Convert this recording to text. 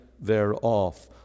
thereof